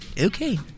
Okay